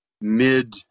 mid